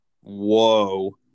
Whoa